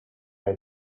idea